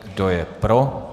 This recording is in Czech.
Kdo je pro?